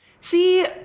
See